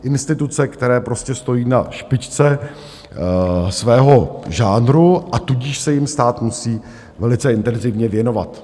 Instituce, které prostě stojí na špičce svého žánru, a tudíž se jim stát musí velice intenzivně věnovat.